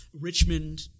Richmond